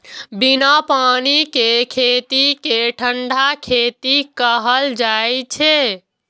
बिना पानि के खेती कें ठंढा खेती कहल जाइ छै